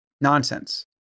nonsense